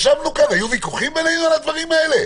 ישבנו כאן, היו ויכוחים על הדברים האלה?